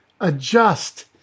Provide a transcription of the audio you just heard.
adjust